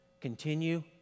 Continue